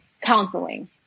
counseling